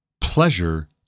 pleasure